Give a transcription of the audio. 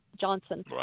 Johnson